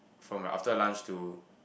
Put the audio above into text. from like after lunch to